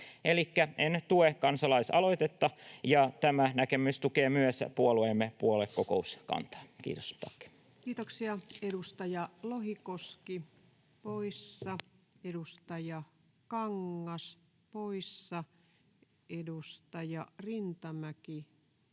En tue kansalaisaloitetta, ja tämä näkemys tukee myös puolueemme puoluekokouskantaa. — Kiitos, tack. Kiitoksia. — Edustaja Lohikoski poissa, edustaja Kangas poissa, edustaja Rintamäki poissa.